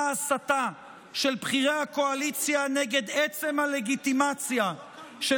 ההסתה של בכירי הקואליציה נגד עצם הלגיטימציה של